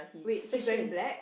wait he's wearing black